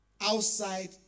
outside